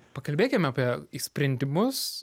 pakalbėkim apie i sprendimus